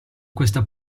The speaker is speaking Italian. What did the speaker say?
questa